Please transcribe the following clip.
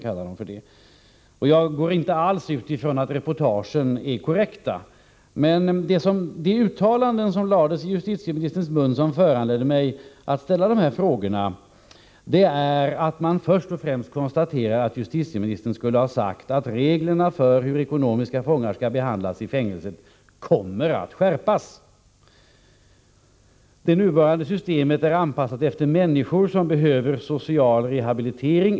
Jag utgår inte alls från att reportagen är korrekta, men jag vill ändå återge de uttalanden som lades i justitieministerns mun och som föranledde mig att ställa mina frågor. Först och främst kan jag konstatera, att justitieministern skulle ha sagt, att reglerna för hur ”ekonomiska” fångar skall behandlas i fängelse kommer att skärpas. Det nuvarande systemet är anpassat efter människor som behöver social rehabilitering.